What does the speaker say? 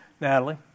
Natalie